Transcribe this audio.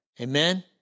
Amen